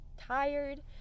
tired